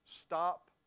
stop